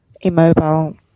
immobile